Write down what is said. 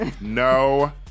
No